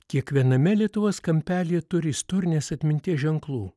kiekviename lietuvos kampelyje turi istorinės atminties ženklų